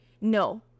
no